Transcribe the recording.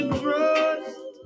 trust